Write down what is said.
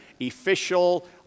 official